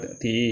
thì